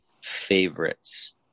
favorites